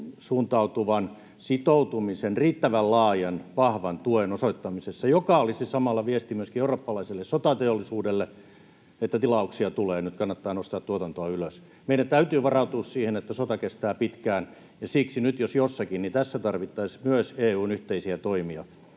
suuntautuvan sitoutumisen, riittävän laajan ja vahvan tuen osoittamisessa, mikä olisi samalla viesti myöskin eurooppalaiselle sotateollisuudelle, että tilauksia tulee ja nyt kannattaa nostaa tuotantoa ylös? Meidän täytyy varautua siihen, että sota kestää pitkään, ja siksi nyt jos jossakin tarvittaisiin myös EU:n yhteisiä toimia.